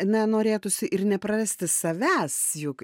na norėtųsi ir neprarasti savęs juk